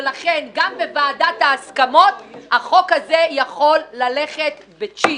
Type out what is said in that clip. ולכן גם בוועדת ההסכמות החוק הזה יכול ללכת בצ'יק.